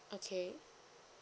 okay